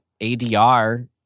ADR